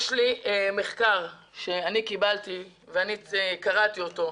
יש לי מחקר שקיבלתי וקראתי אותו,